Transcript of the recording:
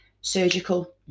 surgical